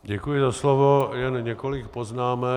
Děkuji za slovo, jen několik poznámek.